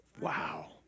Wow